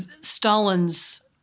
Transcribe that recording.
Stalin's